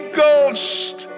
ghost